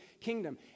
kingdom